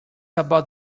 about